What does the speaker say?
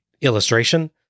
illustration